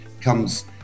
comes